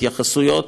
התייחסות.